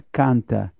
canta